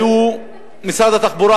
היו ממשרד התחבורה,